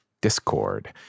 Discord